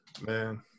Man